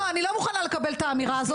לא, אני לא מוכנה לקבל את האמירה הזאת.